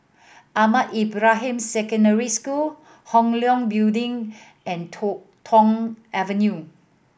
Ahmad Ibrahim Secondary School Hong Leong Building and Tong Avenue